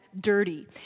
dirty